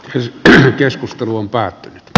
jotta keskusteluun päät